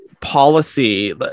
policy